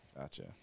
gotcha